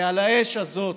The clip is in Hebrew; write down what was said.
ועל האש הזאת,